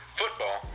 football